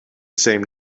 same